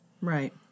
Right